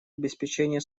обеспечения